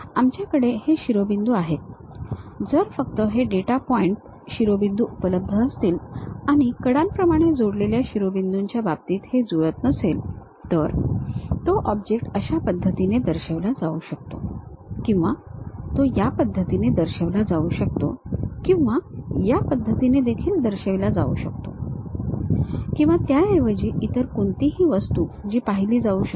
आमच्याकडे हे शिरोबिंदू आहेत जर फक्त हे डेटा पॉइंट शिरोबिंदु उपलब्ध असतील आणि कडांप्रमाणे जोडलेल्या शिरोबिंदूंच्या बाबतीत हे जुळत नसेल तर तो ऑब्जेक्ट अशा पद्धतीने दर्शविला जाऊ शकतो किंवा तो या पद्धतीने दर्शविला जाऊ शकतो किंवा या पद्धतीने देखील दर्शविला जाऊ शकतो किंवा त्याऐवजी इतर कोणतीही वस्तू जी पाहिली जाऊ शकते